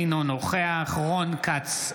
אינו נוכח רון כץ,